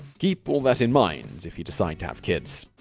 keep all that in mind if you decide to have kids.